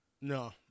No